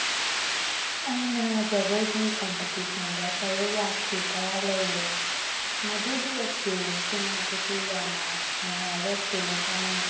ꯑꯩꯅ ꯖꯒꯣꯏꯒꯤ ꯀꯝꯄꯤꯇꯤꯁꯟꯗ ꯁꯔꯨꯛ ꯌꯥꯈꯤꯕ ꯂꯩꯔꯦ ꯃꯗꯨꯒꯤ ꯑꯦꯛꯁꯄꯤꯔꯤꯌꯦꯟꯁꯤꯡ ꯑꯗꯨꯗꯤ ꯌꯥꯝꯅ ꯅꯨꯡꯉꯥꯏꯕ ꯑꯦꯛꯁꯄꯤꯔꯤꯌꯦꯟꯁ ꯑꯃꯅꯤ